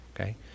Okay